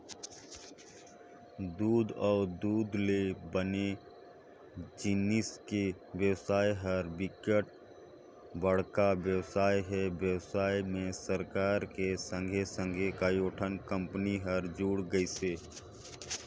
दूद अउ दूद ले बने जिनिस के बेवसाय ह बिकट बड़का बेवसाय हे, बेवसाय में सरकार के संघे संघे कयोठन कंपनी हर जुड़ गइसे